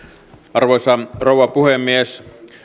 arvoisa rouva puhemies